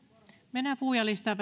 mennään puhujalistaan